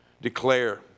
declare